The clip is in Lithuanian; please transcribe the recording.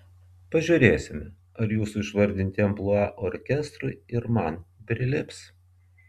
pažiūrėsime ar jūsų išvardinti amplua orkestrui ir man prilips